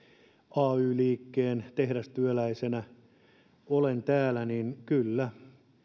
ay liikkeen tehdastyöläisenä olen täällä että kyllä